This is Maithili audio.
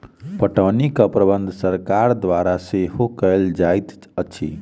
पटौनीक प्रबंध सरकार द्वारा सेहो कयल जाइत अछि